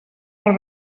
els